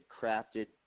crafted